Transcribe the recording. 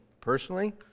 personally